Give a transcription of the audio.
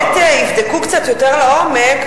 שבאמת יבדקו קצת יותר לעומק,